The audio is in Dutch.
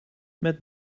met